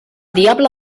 diable